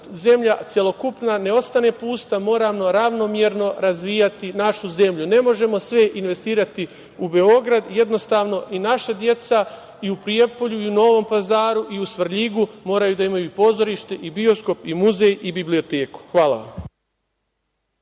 zemlja celokupna ne ostane pusta moramo ravnomerno razvijati našu zemlju. Ne možemo sve investirati u Beogradu. I naša deca u Prijepolju, u Novom Pazaru i u Svrljigu moraju da imaju pozorište i bioskop i muzej i biblioteku. Hvala.